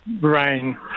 rain